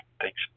thanks